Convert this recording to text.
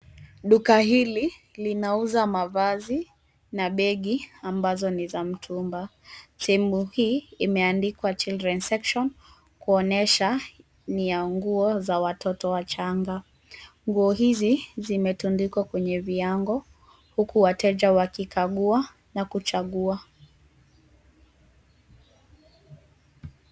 Duka hili linauza mavazi na begi ambazo ni za mtumba. Sehemu hii imeandikwa children's section kuonyesha ni ya nguo za watoto wachanga. Nguo hizi zimetundikwa kwenye viango huku wateja kukagua na kuchagua..